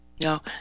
No